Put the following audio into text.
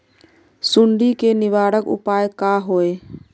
सुंडी के निवारक उपाय का होए?